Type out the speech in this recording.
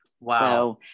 Wow